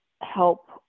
help